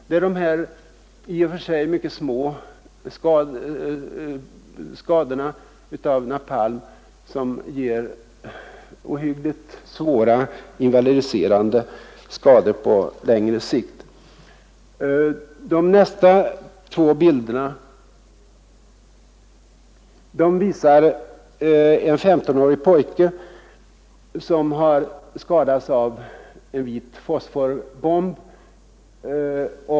Det är dessa i och för sig mycket små skador av napalm som ger ohyggligt svåra invalidiserande skador på längre sikt. Nästa bild visar en 1S5-årig pojke som skadats av en vit fosfor-bomb.